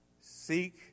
Seek